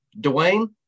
Dwayne